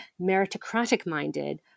meritocratic-minded